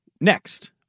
Next